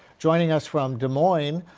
joining us from des moines,